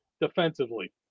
defensively